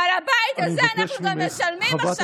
על הבית הזה אנחנו גם משלמים עכשיו,